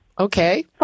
Okay